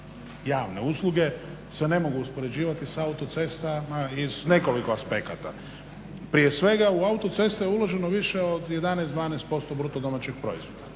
javne usluge se ne mogu uspoređivati sa autocestama iz nekoliko aspekata. Prije svega u autoceste je uloženo više od 11, 12% BDP-a. Autoceste